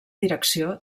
direcció